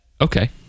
Okay